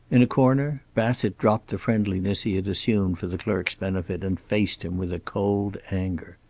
in a corner bassett dropped the friendliness he had assumed for the clerk's benefit, and faced him with cold anger.